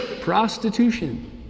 Prostitution